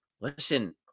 listen